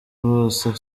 bose